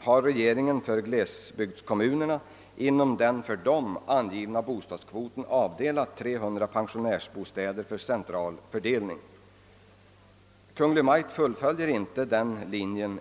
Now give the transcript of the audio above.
har regeringen inom den för glesbygdskommunérna angivna bostadskvoten upptagit 300 pensionärsbostäder för central fördelning, men Kungl. Maj:t fullföljer inte nu: denna linje.